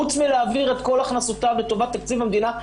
חוץ מלהעביר את כל הכנסותיו לטובת תקציב המדינה,